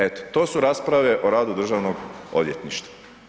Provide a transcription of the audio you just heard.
Eto to su rasprave o radu Državnog odvjetništva.